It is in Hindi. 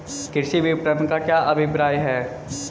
कृषि विपणन का क्या अभिप्राय है?